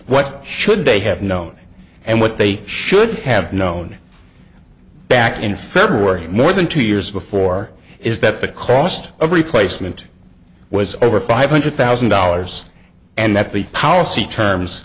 what should they have known and what they should have known back in february it more than two years before is that the cost of replacement was over five hundred thousand dollars and that the power c terms